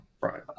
right